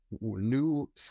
new